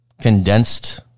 condensed